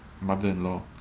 mother-in-law